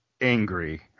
angry